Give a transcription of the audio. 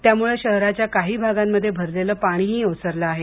त्यामुळं शहराच्या काही भागांमध्ये भरलेलं पाणीही ओसरलं आहे